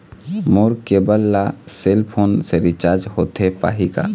मोर cable ला cell phone से रिचार्ज होथे पाही का?